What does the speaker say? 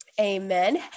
amen